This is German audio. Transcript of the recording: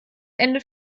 ende